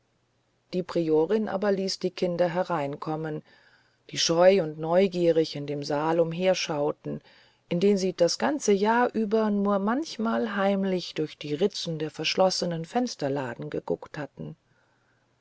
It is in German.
die priorin aber ließ die kinder hereinkommen die scheu und neugierig in dem saal umherschauten in den sie das ganze jahr über nur manchmal heimlich durch die ritzen der verschlossenen fensterladen geguckt hatten